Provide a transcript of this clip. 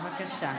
בבקשה.